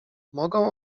mogą